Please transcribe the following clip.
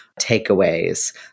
takeaways